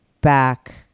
back